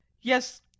yes